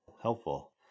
Helpful